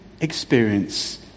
experience